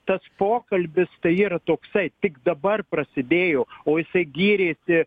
tas pokalbis tai yra toksai tik dabar prasidėjo o jisai gyrėsi